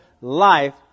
life